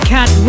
Cat